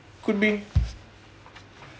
could be